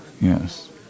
Yes